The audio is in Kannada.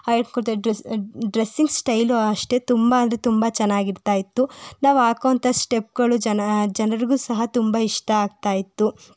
ಹೇಳ್ಕೊಡ್ತಾ ದ ಡ್ರೆಸ್ ಡ್ರೆಸ್ಸಿಂಗ್ ಸ್ಟೈಲು ಅಷ್ಟೇ ತುಂಬ ಅಂದರೆ ತುಂಬ ಚೆನ್ನಾಗಿರ್ತಾಯಿತ್ತು ನಾವು ಹಾಕೋಂಥ ಸ್ಟೆಪ್ಗಳು ಜನ ಜನರಿಗೂ ಸಹ ತುಂಬ ಇಷ್ಟ ಆಗ್ತಾಯಿತ್ತು